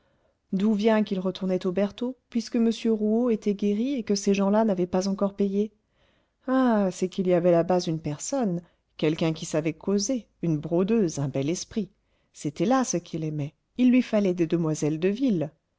d'où vient qu'il retournait aux bertaux puisque m rouault était guéri et que ces gens-là n'avaient pas encore payé ah c'est qu'il y avait là-bas une personne quelqu'un qui savait causer une brodeuse un bel esprit c'était là ce qu'il aimait il lui fallait des demoiselles de ville